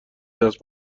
دست